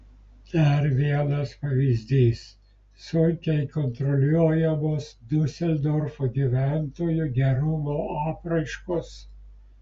dar vienas pavyzdys sunkiai kontroliuojamos diuseldorfo gyventojų gerumo apraiškos